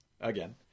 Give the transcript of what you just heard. again